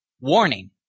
Warning